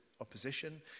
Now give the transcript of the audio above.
opposition